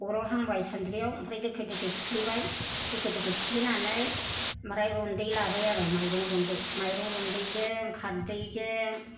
अराव हांबाय सानद्रियाव ओमफ्राय दोखो दोखो सिफ्लेबाय दोखो दोखो सिफ्लेनानै ओमफाय रन्दै लाबाय आरो माइरं रन्दै माइरं रन्दैजों खारैदैजों